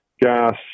gas